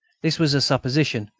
this was a supposition,